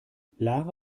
lara